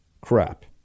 crap